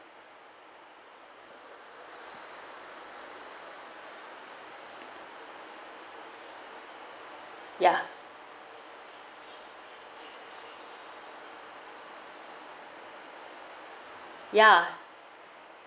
ya ya